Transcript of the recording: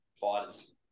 fighters